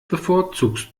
bevorzugst